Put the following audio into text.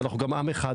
אנחנו גם עם אחד.